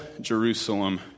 Jerusalem